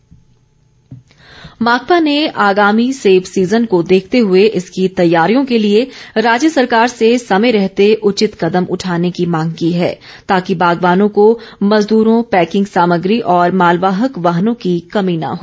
माकपा माकपा ने आगामी सेब सीजन को देखते हुए इसकी तैयारियों के लिए राज्य सरकार से समय रहते उचित कदम उठाने की मांग की है ताकि बागवानों को मजदूरों पैकिंग सामग्री और मालवाहक वाहनों की कमी न हो